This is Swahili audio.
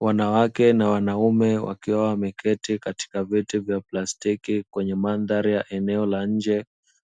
Wanawake na wanaume wakiwa wameketi katika viti vya plastiki, kwenye mandhari ya eneo la nje.